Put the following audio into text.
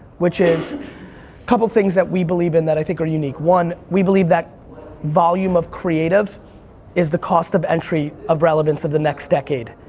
which is a couple things that we believe in that i think are unique. one, we believe that volume of creative is the cost of entry of relevance of the next decade.